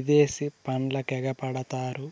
ఇదేశి పండ్లకెగపడతారు